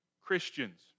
Christians